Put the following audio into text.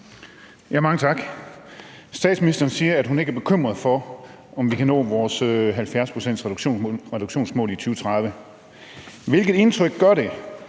Mange tak. Statsministeren siger, at hun ikke er bekymret for, om vi kan nå vores 70-procentsreduktionsmål i 2030. Hvilket indtryk gør det,